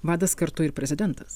vadas kartu ir prezidentas